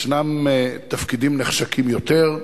ישנם תפקידים נחשקים יותר,